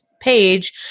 page